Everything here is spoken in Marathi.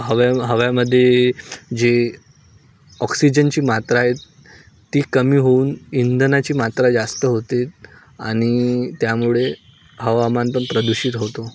हव्या हव्यामध्ये जे ऑक्सिजनची मात्रा आहे ती कमी होऊन इंधनाची मात्रा जास्त होते आणि त्यामुळे हवामान पण प्रदूषित होतो